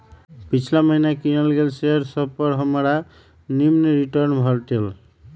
पिछिला महिन्ना किनल गेल शेयर सभपर हमरा निम्मन रिटर्न भेटल